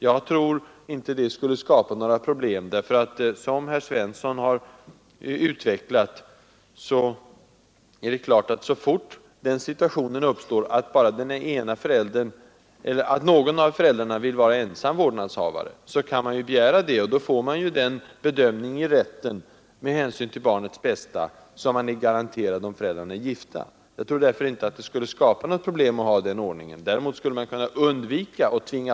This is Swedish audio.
Jag tror inte att det skulle leda till några problem. Så fort den situationen uppstår, att någon av föräldrarna vill vara ensam vårdnadshavare, kan denne begära att få bli det, såsom herr Svensson i Malmö har sagt. Då gör rätten en likadan bedömning med hänsyn till barnets bästa, som är garanterad då föräldrarna är gifta med varandra och skiljer sig. Jag tror därför inte att den ordningen skulle skapa svårigheter.